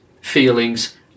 feelings